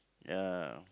ya